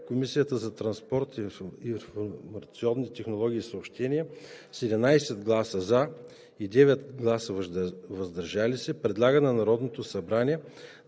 Комисията по транспорт, информационни технологии и съобщения с 11 гласа „за“ и 9 гласа „въздържал се“ предлага на Народното събрание